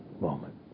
moment